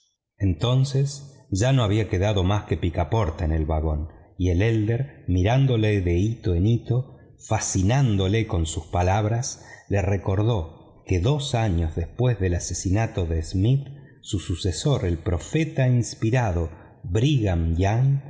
entonces ya no había quedado más que picaporte en el vagón y el hermano mayor mirándole de hito en hito fascinándole con sus palabras le recordó que dos años después del asesinato de smith su sucesor el profeta inspirado brigham